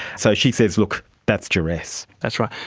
so she says, look, that's duress. that's right.